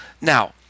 now